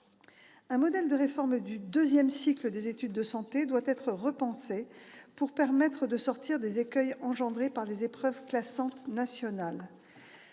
Le modèle de réforme du deuxième cycle des études de santé doit être repensé, pour permettre de sortir des écueils créés par les épreuves classantes nationales.